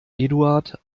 eduard